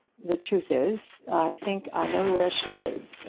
the truth is, i think i know where she is,